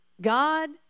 God